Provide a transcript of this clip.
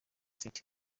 state